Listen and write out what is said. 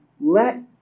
let